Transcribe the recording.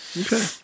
Okay